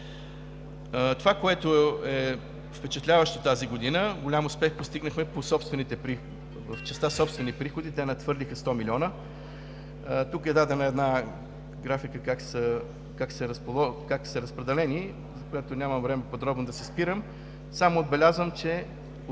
Това, което е впечатляващо тази година, голям успех постигнахме в частта „Собствени приходи“ – надхвърлиха 100 милиона. Тук е дадена графика как са разпределени, на която нямам време да се спирам подробно. Само отбелязвам, и